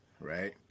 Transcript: right